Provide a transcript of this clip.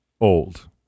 old